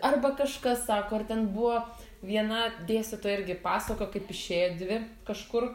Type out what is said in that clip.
arba kažkas sako ar ten buvo viena dėstytoja irgi pasakojo kaip išėjo dvi kažkur